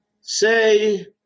say